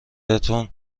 بهتون